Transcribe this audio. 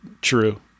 true